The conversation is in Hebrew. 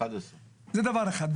זה דבר אחד.